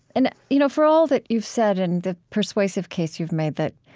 and, you know for all that you've said and the persuasive case you've made that,